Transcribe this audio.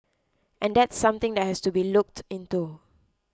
and that's something that has to be looked into